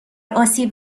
آسیب